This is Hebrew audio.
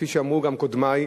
כפי שאמרו גם קודמי,